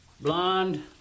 Blonde